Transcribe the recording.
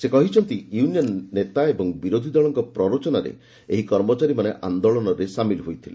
ସେ କହିଛନ୍ତି ୟୁନିୟନ୍ ନେତା ଏବଂ ବିରୋଧି ଦଳଙ୍କ ପ୍ରରୋଚନାରେ ଏହି କର୍ମଚାରୀମାନେ ଆନ୍ଦୋଳନରେ ସାମିଲ୍ ହୋଇଥିଲେ